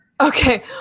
Okay